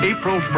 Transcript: April